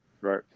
Right